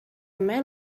man